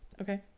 Okay